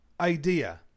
idea